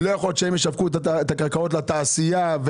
גם את הקרקעות לתעשייה,